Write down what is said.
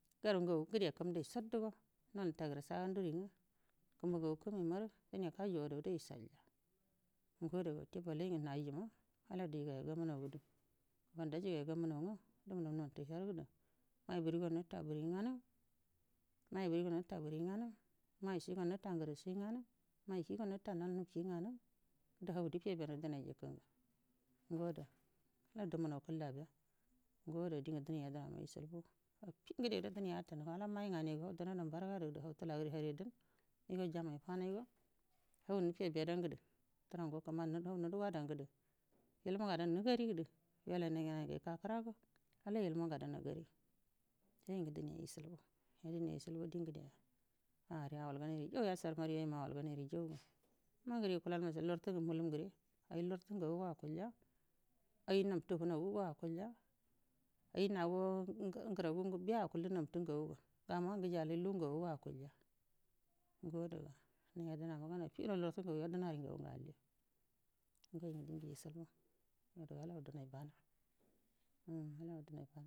Gru ngagu ngəde kumdai shodduo nol nitaguru saga nduri nga kumbu ngagu kumə imaru dine kajuwa adada ishalya ngo adaga wute balai nga nayi jima ala dijigaya gamunau da kumani dajigaya gamunau nga dumunau nabtu her gudu mai burigo nuta buri nganu mai burigo huta buri nganu mai sui go nuta nguru shi nganu mai kigo nuta yanə ki nganu hau difebenu di nai jikə ngu ngo ada aladumunau kəllabiya ngo ada dingu dina yadəna ma ishilbu affi ngədedo dine yatunu ala mai nganai yayigo hau dunadan bargadu gudu hau tulaguri hariyadanə migau jabanə gamaigo hau nuffebedanda durango kumani nudugwadaro du ilmu nganə nugaridu wailanai ngnai ngu ika kərago ala ilmu ngadan agari yoyu ngu dine ishilbu nya dihe ishilbu di ngudey a re awal ganigu jauga ima nguru yukulalmasho lartu ngu mulam gure ayi lartu ngagu mangu akilya ayi nabtu fanagugo akulya di naga ngu-ngu-nguragu gu biya akullə ngaguga gama gujayallin la ngagugo akulya ngo adaga na yadanama ganə affido lartu ngagu yadənari mangu alli ngoi ngu dungu ishilbu ga dai ala dumundu bana umm ala hau dumunau bama.